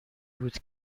بود